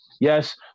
yes